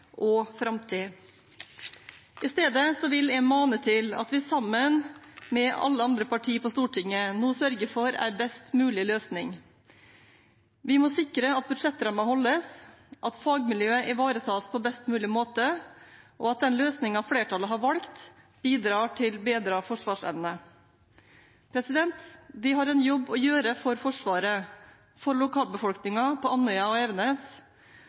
og framtid. I stedet vil jeg mane til at vi sammen med alle andre partier på Stortinget nå sørger for en best mulig løsning. Vi må sikre at budsjettrammen holdes, at fagmiljøet ivaretas på best mulig måte, og at den løsningen flertallet har valgt, bidrar til bedret forsvarsevne. Vi har en jobb å gjøre for Forsvaret og for lokalbefolkningen på Andøya og Evenes,